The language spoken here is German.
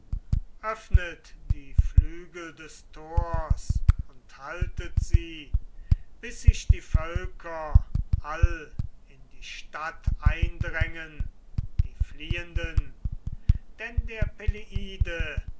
öffnet die flügel des tors und haltet sie bis sich die völker all in die stadt eindrängen die fliehenden denn der peleide